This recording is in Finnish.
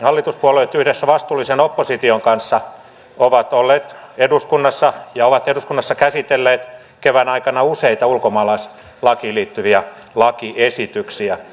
hallituspuolueet yhdessä vastuullisen opposition kanssa ovat eduskunnassa käsitelleet kevään aikana useita ulkomaalaislakiin liittyviä lakiesityksiä